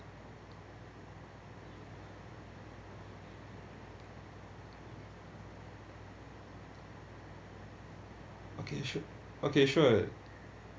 okay sure okay sure